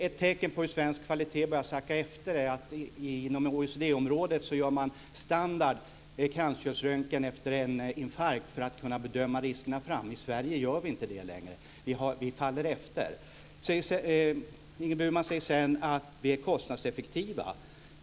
Ett tecken på att svensk kvalitet börjar sacka efter är det faktum att man inom OECD-området som standard gör en kranskärlsröntgen efter en infarkt för att kunna bedöma riskerna framgent. I Sverige gör vi inte det längre. Vi faller efter. Ingrid Burman säger sedan att vi är kostnadseffektiva.